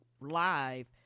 live